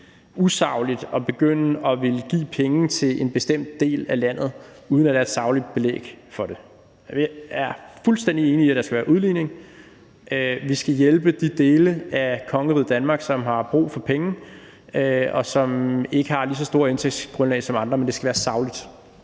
usagligt at ville give penge til en bestemt del af landet, uden at der er et sagligt belæg for det. Vi er fuldstændig enige i, at der skal være udligning. Vi skal hjælpe de dele af kongeriget Danmark, som har brug for penge, og som ikke har et lige så stort indtægtsgrundlag som andre, men det skal være sagligt.